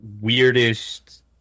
weirdest